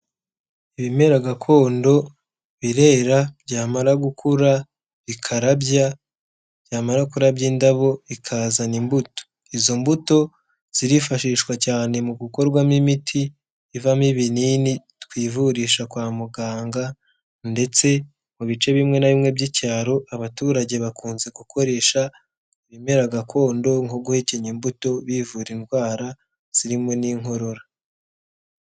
Ibimera gakondo birera byamara gukura ikarabya, byamara kurabya indabo bikazana imbuto. Izo mbuto zirifashishwa cyane mu gukorwamo imiti, ivamo ibinini twivurisha kwa muganga ndetse mu bice bimwe na bimwe by'icyaro, abaturage bakunze gukoresha ibimera gakondo nko guhekenya imbuto bivura indwara zirimo n'inkorora.